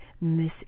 Miss